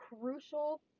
crucial